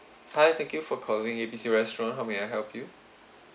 hi thank you for calling A B C restaurant how may I help you